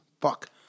fuck